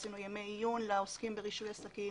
עשינו ימי עיון לעוסקים ברישוי עסקים,